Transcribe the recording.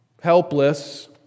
Helpless